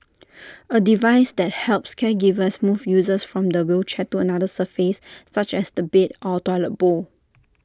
A device that helps caregivers move users from the wheelchair to another surface such as the bed or toilet bowl